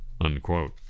unquote